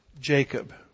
Jacob